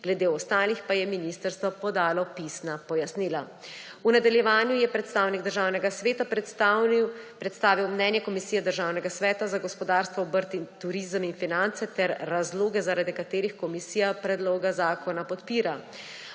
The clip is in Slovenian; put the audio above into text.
glede ostalih pa je ministrstvo podalo pisna pojasnila. V nadaljevanju je predstavnik Državnega sveta predstavil mnenje Komisije Državnega sveta za gospodarstvo, obrt, turizem in finance ter razloge, zaradi katerih komisija predlog zakona podpira.